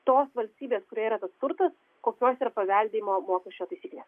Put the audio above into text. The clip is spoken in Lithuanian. tos valstybės kurioje yra tas turtas kokios yra paveldėjimo mokesčio taisyklės